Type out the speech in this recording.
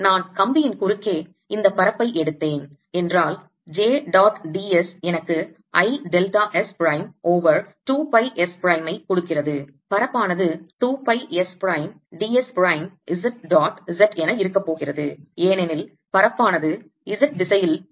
நான் கம்பியின் குறுக்கே இந்தப் பரப்பை எடுத்தேன் என்றால் j டாட் d s எனக்கு I delta s prime over 2 by S prime I கொடுக்கிறது பரப்பானது 2 by S prime d s prime Z dot Z என இருக்க போகிறது ஏனெனில் பரப்பானது Z திசையில் தொகையீடாக உள்ளது